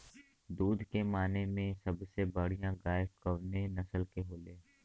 दुध के माने मे सबसे बढ़ियां गाय कवने नस्ल के होली?